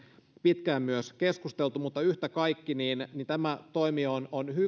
pitkään myös keskusteltu yhtä kaikki tämä toimi on on